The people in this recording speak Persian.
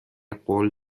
قول